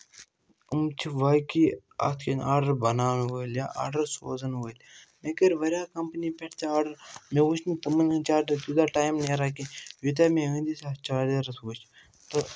أمۍ چھِ باقٕے اَتھ کٮ۪ن آرڈَر بَناونہٕ وٲلۍ یا آرڈَر سوزَن وٲلۍ مےٚ کٔرۍ واریاہ کَمپٔنی پٮ۪ٹھ ژےٚ آرڈَر مےٚ وٕچھ نہٕ تِمَن ہٕنٛدۍ چارجَر تیوٗتاہ ٹایِم نیران کینٛہہ یوٗتاہ مےٚ أنٛدِس اَتھ چارجَرَس وٕچھ تہٕ